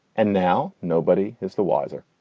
and now nobody is the wiser.